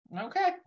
Okay